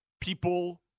people